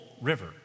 river